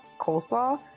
coleslaw